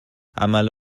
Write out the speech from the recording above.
عمل